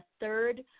third